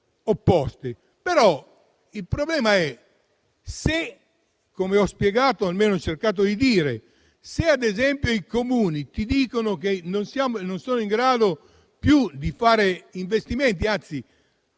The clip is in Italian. opposte. Il problema è - come ho spiegato, o almeno ho cercato di dire - che se, ad esempio, i Comuni dicono che non sono più in grado di fare investimenti, anzi